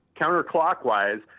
counterclockwise